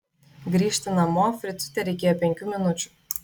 grįžti namo fricui tereikėjo penkių minučių